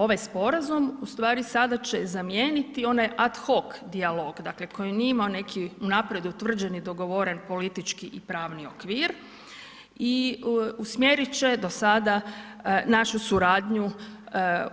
Ovaj sporazum ustvari sada će zamijeniti onaj ad hoc dijalog dakle koji nije imao neki unaprijed utvrđeni dogovoren politički i pravni okvir i usmjerit će do sada našu suradnju